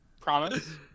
promise